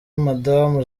madamu